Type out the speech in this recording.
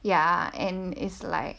ya and is like